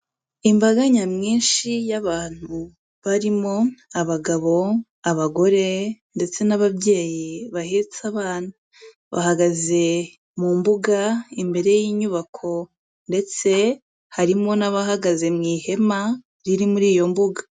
Imbaga nyamwinshi y'abantu barimo abagabo, abagore ndetse n'ababyeyi bahetse abana, bahagaze mu mbuga imbere y'inyubako ndetse harimo n'abahagaze mu ihema riri muri iyo mbuga.